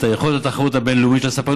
את יכולת התחרות הבין-לאומית של הספנות